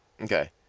Okay